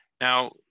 Now